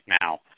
now